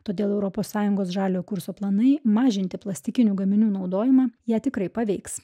todėl europos sąjungos žaliojo kurso planai mažinti plastikinių gaminių naudojimą ją tikrai paveiks